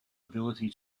ability